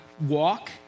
walk